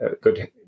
good